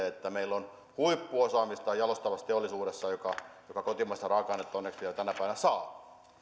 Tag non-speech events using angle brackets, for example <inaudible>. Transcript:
<unintelligible> että meillä on huippuosaamista jalostavassa teollisuudessa joka joka kotimaista raaka ainetta onneksi vielä tänä päivänä saa <unintelligible>